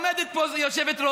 עומדת פה יושבת-ראש,